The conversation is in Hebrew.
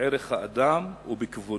בערך האדם ובכבודו,